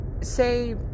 say